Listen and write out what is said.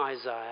Isaiah